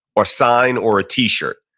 or sign, or a t-shirt.